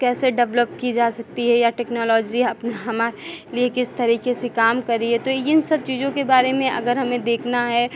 कैसे डेवलप की जा सकती है या टेक्नोलॉजी अप हमारे लिए किस तरीके से काम कर रही है तो इन सब चीज़ों के बारे में अगर हमे देखना है